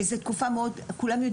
וזו תקופה קריטית,